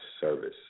service